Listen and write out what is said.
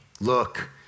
Look